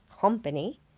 company